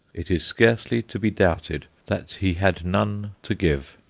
it is scarcely to be doubted that he had none to give.